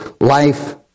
Life